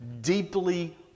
deeply